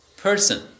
person